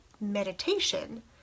meditation